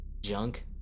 junk